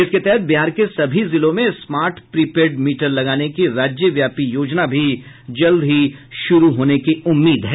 इसके तहत बिहार के सभी जिलों में स्मार्ट प्री पेड मीटर लगाने की राज्यव्यापी योजना भी जल्द ही शुरू होने की उम्मीद है